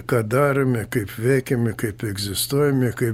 ką darome kaip veikiame kaip egzistuojame kai